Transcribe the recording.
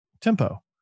tempo